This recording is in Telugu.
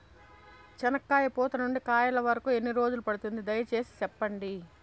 చెనక్కాయ పూత నుండి కాయల వరకు ఎన్ని రోజులు పడుతుంది? దయ సేసి చెప్పండి?